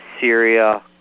Syria